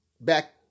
back